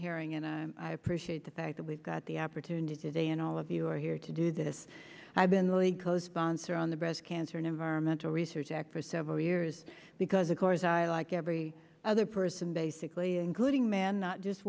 hearing and i appreciate the fact that we've got the opportunity they and all of you are here to do this i've been really close sponsor on the breast cancer environmental research act for several years because of course i like every other person basically including man not just